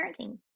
parenting